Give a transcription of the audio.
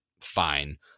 fine